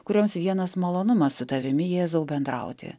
kurioms vienas malonumas su tavimi jėzau bendrauti